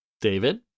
David